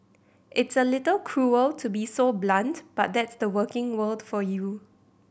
it's a little cruel to be so blunt but that's the working world for you